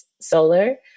solar